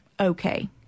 Okay